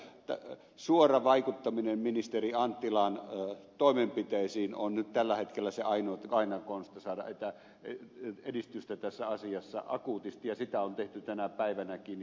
sen takia suora vaikuttaminen ministeri anttilan toimenpiteisiin on nyt tällä hetkellä se ainoa konsti saada edistystä tässä asiassa akuutisti ja sitä on tehty tänä päivänäkin